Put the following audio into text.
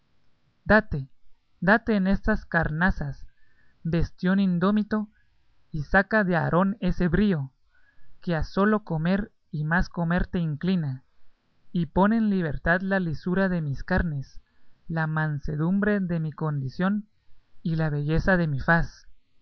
date date en esas carnazas bestión indómito y saca de harón ese brío que a sólo comer y más comer te inclina y pon en libertad la lisura de mis carnes la mansedumbre de mi condición y la belleza de mi faz